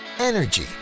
Energy